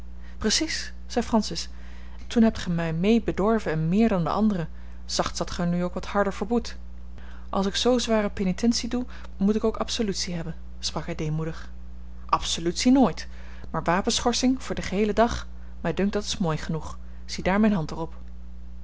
precies zei francis toen hebt gij mij mee bedorven en meer dan de anderen zachts dat ge er nu ook wat harder voor boet als ik zoo zware penitentie doe moet ik ook absolutie hebben sprak hij deemoedig absolutie nooit maar wapenschorsing voor den geheelen dag mij dunkt dat is mooi genoeg ziedaar mijne hand daarop hij